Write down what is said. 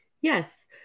yes